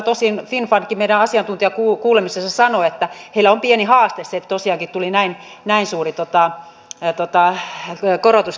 pääasia kaikessa on se että me pääsemme pienempään tuontienergiaan että me pääsemme öljyn kulutusta laskemaan että me pääsemme kivihiilestä eroon